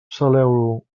saleu